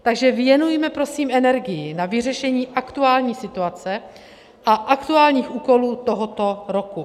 Takže věnujme prosím energii na vyřešení aktuální situace a aktuálních úkolů tohoto roku.